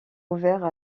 ouvert